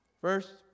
First